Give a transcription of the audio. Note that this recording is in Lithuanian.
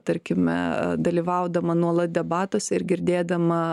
tarkime dalyvaudama nuolat debatuose ir girdėdama